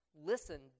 Listen